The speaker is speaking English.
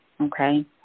okay